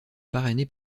parrainé